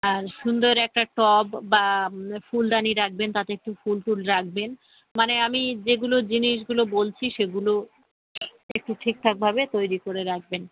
আর সুন্দর একটা টব বা ফুলদানি রাখবেন তাতে একটু ফুল টুল রাখবেন মানে আমি যেগুলো জিনিসগুলো বলছি সেগুলো একটু ঠিকঠাকভাবে তৈরি করে রাখবেন